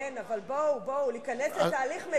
כן, אבל בואו, בואו, להיכנס לתהליך מדיני.